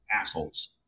assholes